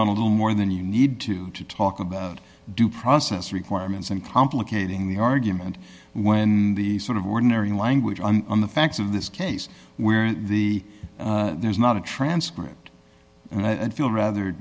on a little more than you need to talk about due process requirements and complicating the argument when the sort of ordinary language on the facts of this case where the there's not a transcript and i feel rather